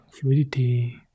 fluidity